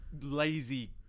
lazy